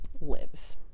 lives